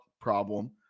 problem